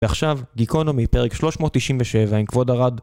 ועכשיו, גיקונומי, פרק 397, כבוד הרד.